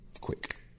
quick